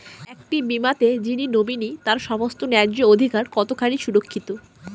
একটি বীমাতে যিনি নমিনি তার সমস্ত ন্যায্য অধিকার কতখানি সুরক্ষিত?